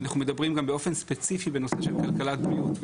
אנחנו מדברים גם באופן ספציפי בנושא של כלכלת בריאות.